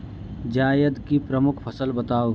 जायद की प्रमुख फसल बताओ